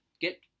get